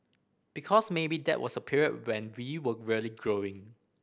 because maybe that was a period when we were really growing